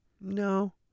No